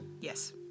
Yes